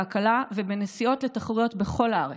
הקלה ובנסיעות לתחרויות בכל הארץ,